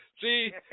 See